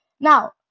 Now